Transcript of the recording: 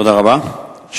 תודה רבה.